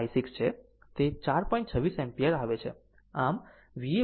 26 ampere આવે છે